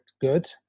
good